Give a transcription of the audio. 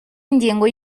ingengo